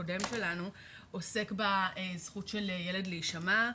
הקודם שלנו עוסק בזכות של ילד להישמע.